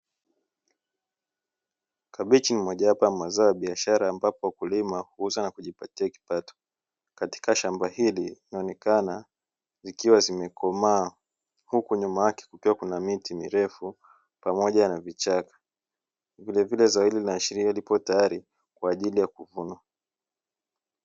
Kabichi ni mojawapo ya ma zao la biashara ambapo wakulima huuza na kujipatia kipato katika shamba hili linaonekana zikiwa zimekomaa huku nyuma yake kidogo kuna miti mirefu pamoja na vichaka vile vile zaidi ikiashiria lipo tayari kwa ajili ya kuvuna.